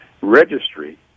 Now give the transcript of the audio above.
registry